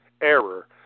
error